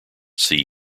see